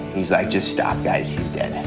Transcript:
he's like, just stop, guys, he's dead. and